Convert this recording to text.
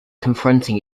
confronting